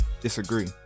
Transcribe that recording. disagree